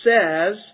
says